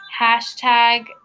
hashtag